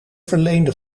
verleende